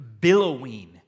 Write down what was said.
billowing